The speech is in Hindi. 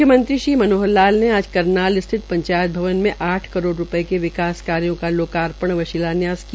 मुख्यमंत्री मनोहर लाल ने आज करनाल स्थित पंचायत भवन में आठ करोड़ के विकास कार्यो का लोकार्पण व शिलान्यास किया